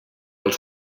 els